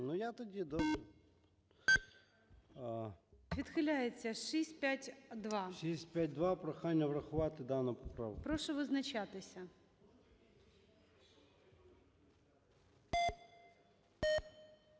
Відхиляється. 673-я. Прошу визначатися.